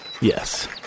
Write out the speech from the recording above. Yes